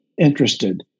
interested